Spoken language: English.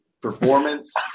performance